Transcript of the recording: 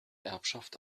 erbschaft